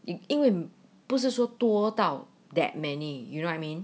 因因为不是说多到 that many you know what I mean